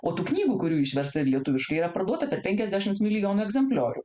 o tų knygų kurių išversta ir lietuviškai yra parduota per penkiasdešimt milijonų egzempliorių